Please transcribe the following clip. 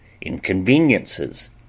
inconveniences